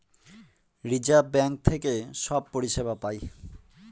reserve bank থেকে সব পরিষেবা পায়